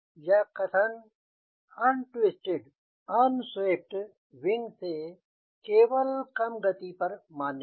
यह कथन untwisted unswept wing से केवल कम गति पर मान्य है